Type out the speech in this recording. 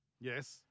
Yes